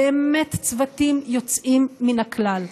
באמת צוותים יוצאים מן הכלל,